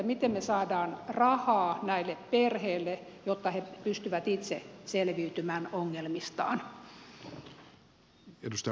miten me saamme rahaa näille perheille jotta he pystyvät itse selviytymään ongelmistaan